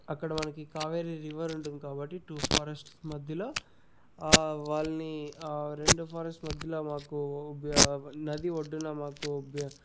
అక్కడ మనకి కావేరి రివర్ ఉంటుంది కాబట్టి టూ ఫారెస్ట్స్ మధ్యలో వాళ్ళని ఆ రెండు ఫారెస్ట్ మధ్యలో మాకు నది ఒడ్డున మాకు